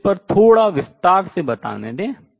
मुझे इस पर थोड़ा विस्तार से बताने दें